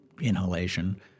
inhalation